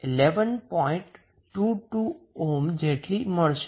22 ohm જેટલી મળશે